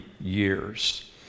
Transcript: years